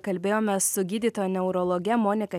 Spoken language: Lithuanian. kalbėjomės su gydytoja neurologe monika